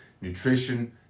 Nutrition